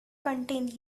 contain